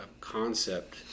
concept